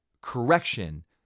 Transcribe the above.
correction